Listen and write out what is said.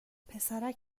پسرک